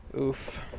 oof